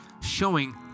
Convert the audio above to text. showing